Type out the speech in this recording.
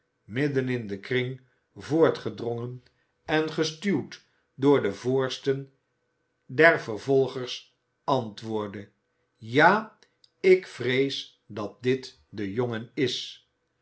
midden in den kring voortgedrongen en gestuwd door de voorsten der vervolgers antwoordde ja ik vrees dat dit de jongen is